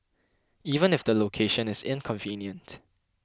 even if the location is inconvenient